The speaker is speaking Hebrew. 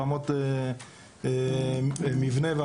ברמות מבנה.